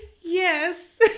Yes